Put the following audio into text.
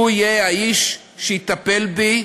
הם יהיו האנשים שיטפלו בי.